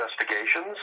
investigations